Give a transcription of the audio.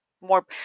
more